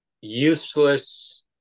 useless